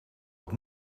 het